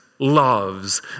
loves